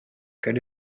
good